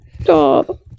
Stop